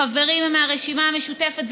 חברים מהרשימה המשותפת.